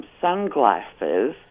sunglasses